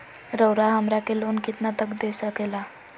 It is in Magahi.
रउरा हमरा के लोन कितना तक का दे सकेला?